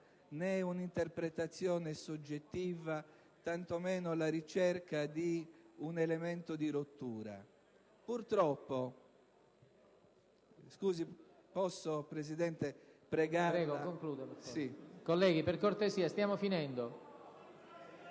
né un'interpretazione soggettiva, tanto meno la ricerca di un elemento di